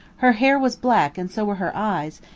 her hair was black and so were her eyes,